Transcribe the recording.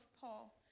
Paul